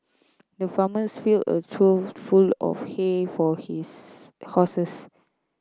the farmers filled a trough full of hay for his horses